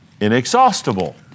inexhaustible